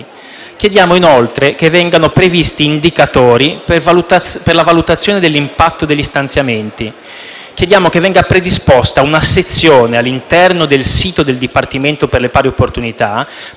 Chiediamo, inoltre, che vengano previsti indicatori per la valutazione dell'impatto degli stanziamenti. Chiediamo che venga predisposta una sezione, all'interno del sito del Dipartimento per le pari opportunità,